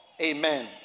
Amen